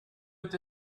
het